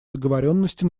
договоренности